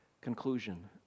conclusion